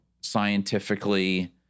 scientifically